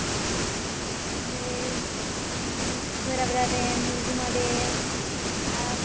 ᱚᱸᱰᱮ ᱠᱷᱚᱭᱟᱨᱟ ᱵᱮᱲᱟ ᱢᱩᱨᱜᱩᱢᱟ ᱰᱮᱢ ᱟᱨ